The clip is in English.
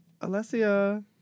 Alessia